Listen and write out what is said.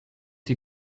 die